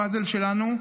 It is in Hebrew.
הפאזל שלנו,